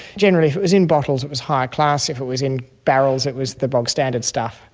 generally if it was in bottles it was higher class, if it was in barrels it was the bog standard stuff.